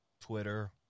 Twitter